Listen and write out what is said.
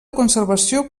conservació